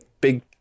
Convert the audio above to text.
big